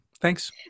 thanks